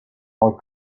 more